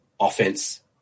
offense